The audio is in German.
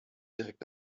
direkt